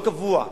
לא קבוע,